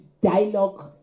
dialogue